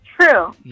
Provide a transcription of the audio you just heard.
True